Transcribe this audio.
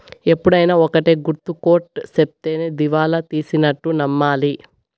ఎప్పుడైనా ఒక్కటే గుర్తు కోర్ట్ సెప్తేనే దివాళా తీసినట్టు నమ్మాలి